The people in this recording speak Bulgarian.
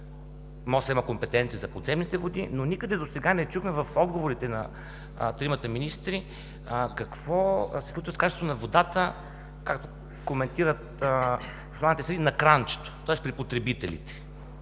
има компетенция за подземните води, но никъде досега не чухме в отговорите на тримата министри какво се случва с качеството на водата, като коментират хванатите следи на кранчето, тоест при потребителите.